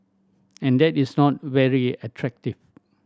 and that is not very attractive